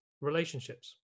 relationships